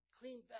clean